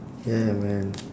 ya man